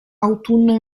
autunno